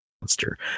monster